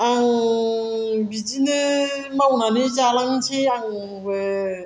आं बिदिनो मावनानै जालांनोसै आंबो